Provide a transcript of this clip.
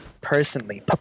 Personally